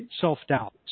self-doubt